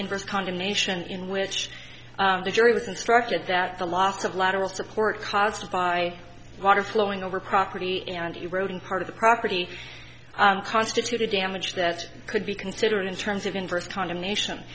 invest condemnation in which the jury was instructed that the loss of lateral support caused by water flowing over property and eroding part of the property constituted damage that could be considered in terms of inverse condemnation